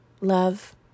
love